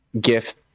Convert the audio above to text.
gift